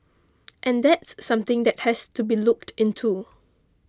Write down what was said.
and that's something that has to be looked into